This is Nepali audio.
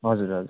हजुर हजुर